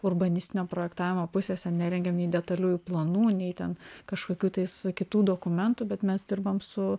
urbanistinio projektavimo pusės ten nerengiam nei detaliųjų planų nei ten kažkokių tais kitų dokumentų bet mes dirbam su